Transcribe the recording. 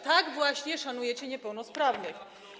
Tak właśnie szanujecie niepełnosprawnych.